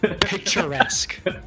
picturesque